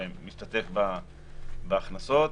ומשתתף בהכנסות,